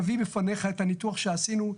נביא בפניך את הניתוח שעשינו.